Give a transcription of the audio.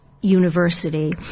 university